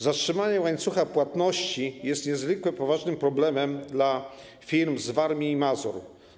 Zatrzymanie łańcucha płatności jest niezwykle poważnym problemem dla firm z Warmii i Mazur.